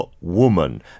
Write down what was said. Woman